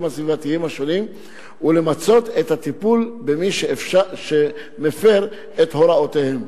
הסביבתיים השונים ולמצות את הטיפול במי שמפר את הוראותיהם.